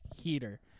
heater